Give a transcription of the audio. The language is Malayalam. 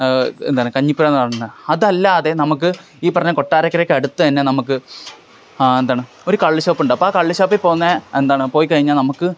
എന്താണ് കഞ്ഞിപ്പുരയെന്നു പറഞ്ഞാല് അതല്ലാതെ നമുക്ക് ഈ പറഞ്ഞ കൊട്ടാരക്കരയ്ക്ക് അടുത്ത് തന്നെ നമുക്ക് ആ എന്താണ് ഒര് കള്ളുഷാപ്പുണ്ട് അപ്പോള് ആ കള്ളുഷാപ്പിപോന്നെ എന്താണ് പോയിക്കഴിഞ്ഞാൽ നമുക്ക്